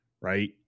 right